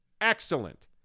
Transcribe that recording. Excellent